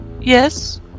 Yes